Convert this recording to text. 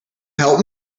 help